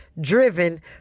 driven